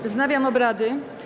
Wznawiam obrady.